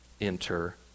enter